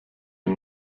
den